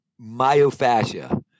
myofascia